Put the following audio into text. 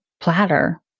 platter